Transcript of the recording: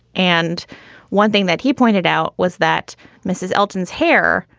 and one thing that he pointed out was that mrs. elton's hair,